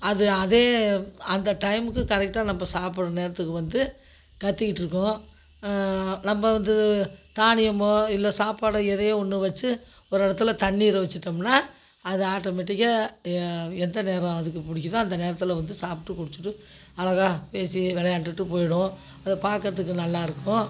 அது அதே அந்த டயம்க்கு கரெக்டாக நம்ம சாப்பிடுற நேரத்துக்கு வந்து கற்றிக்கிட்ருக்கும் நம்ம வந்து தானியமோ இல்லை சாப்பாடோ எதையோ ஒன்று வச்சு ஒரு இடத்துல தண்ணீர் வச்சுட்டோம்னா அது ஆட்டோமேட்டிக்கா எந்த நேரம் அதுக்கு பிடிக்குதோ அந்த நேரத்தில் வந்து சாப்பிட்டு குடிச்சுட்டு அழகாக பேசி விளையாண்டுட்டு போயிடும் அதை பார்க்குறதுக்கு நல்லாயிருக்கும்